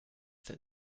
that